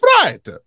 fright